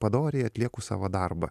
padoriai atlieku savo darbą